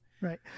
Right